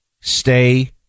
stay